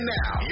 now